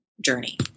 journey